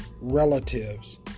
relatives